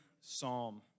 psalm